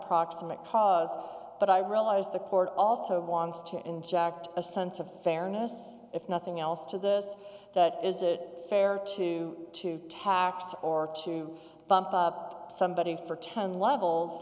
proximate cause but i realize the court also wants to inject a sense of fairness if nothing else to this but is it fair to to tax or to bump up somebody for tongue levels